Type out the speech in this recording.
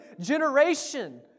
generation